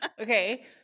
Okay